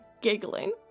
giggling